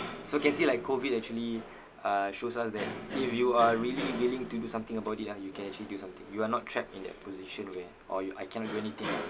so can see like COVID actually uh shows us that if you are really willing to do something about it ah you can actually do something you are not trapped in that position where orh you I cannot do anything